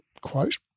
quote